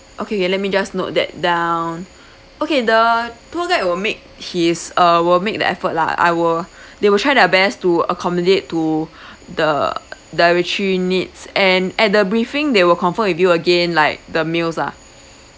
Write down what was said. okay let me just note that down okay the tour guide will make his uh will make the effort lah I will they will try their best to accommodate to the dietary needs and at the briefing they will confirm with you again like the meals ah